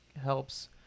helps